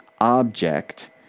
object